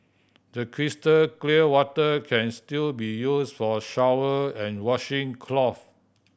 the crystal clear water can still be used for shower and washing clothe